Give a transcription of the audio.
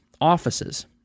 offices